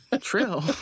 True